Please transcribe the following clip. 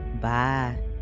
Bye